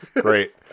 Great